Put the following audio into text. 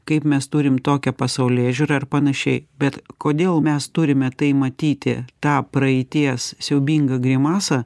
kaip mes turim tokią pasaulėžiūrą ir panašiai bet kodėl mes turime tai matyti tą praeities siaubingą grimasą